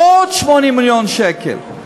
עוד 80 מיליון שקל.